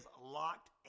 locked